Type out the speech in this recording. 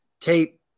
tape